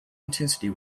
intensity